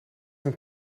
een